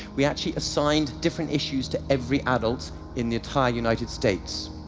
we actually assigned different issues to every adult in the entire united states.